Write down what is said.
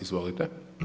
Izvolite.